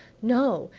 no,